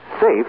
...safe